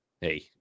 Hey